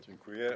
Dziękuję.